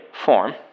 form